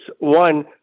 One